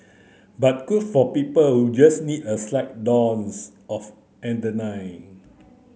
but good for people who just need a slight dose of